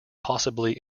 possibly